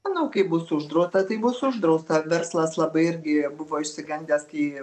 manau kai bus uždrausta tai bus uždrausta verslas labai irgi buvo išsigandęs kai